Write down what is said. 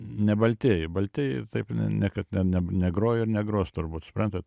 ne baltieji baltieji taip niekad ne negrojo ir negros turbūt suprantat